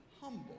humble